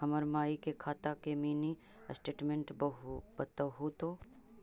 हमर माई के खाता के मीनी स्टेटमेंट बतहु तो?